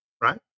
right